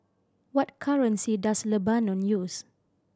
what currency does Lebanon use